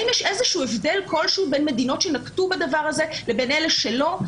האם יש הבדל כלשהו בין מדינות שנקטו בדבר הזה לבין אלה שלא?